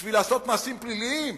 בשביל לעשות מעשים פליליים,